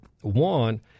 One